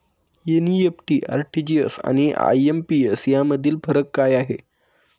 NEFT, RTGS आणि IMPS यामधील फरक काय आहे?